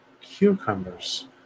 Cucumbers